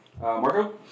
Marco